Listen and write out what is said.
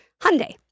Hyundai